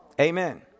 Amen